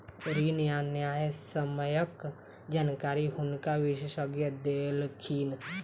ऋण आ न्यायसम्यक जानकारी हुनका विशेषज्ञ देलखिन